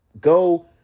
Go